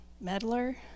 meddler